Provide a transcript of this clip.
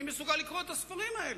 מי מסוגל לקרוא את הספרים האלה?